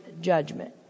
judgment